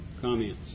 Comments